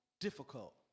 difficult